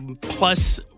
plus